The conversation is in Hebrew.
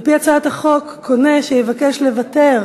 על-פי הצעת החוק, קונה שיבקש לוותר,